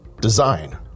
Design